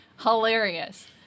Hilarious